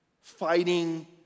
fighting